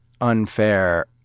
unfair